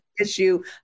issue